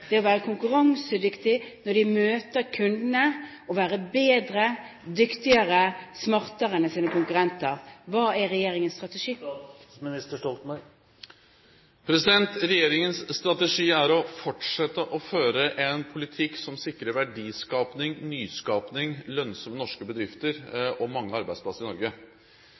det å være konkurransedyktige når de møter kundene, å være bedre, dyktigere, smartere enn sine konkurrenter. Hva er regjeringens strategi? Regjeringens strategi er å fortsette å føre en politikk som sikrer verdiskaping, nyskaping, lønnsomme norske bedrifter og mange arbeidsplasser i Norge.